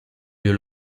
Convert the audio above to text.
lieu